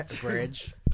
bridge